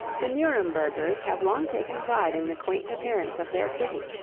the nurembergers have long taken pride in the quaint appearance of their city,